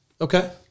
Okay